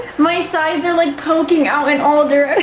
my sides are like, poking out in all